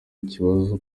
ikibazo